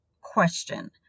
question